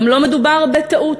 גם לא מדובר בטעות.